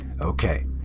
Okay